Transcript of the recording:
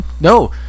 No